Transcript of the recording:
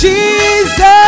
Jesus